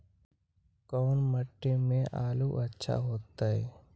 कोन मट्टी में आलु अच्छा होतै?